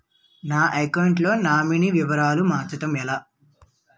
నా అకౌంట్ లో నామినీ వివరాలు మార్చటం ఎలా?